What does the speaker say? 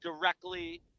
directly